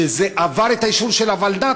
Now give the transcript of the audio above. שזה עבר את האישור של הוועדה,